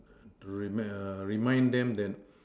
reem~ err remind them that